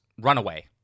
runaway